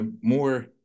more